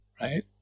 right